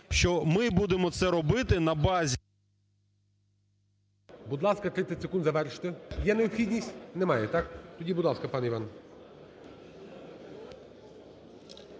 що ми будемо це робити на базі...